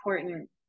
important